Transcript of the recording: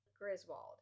Griswold